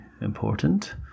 important